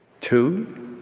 Two